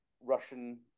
Russian